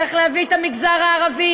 צריך להביא את המגזר הערבי,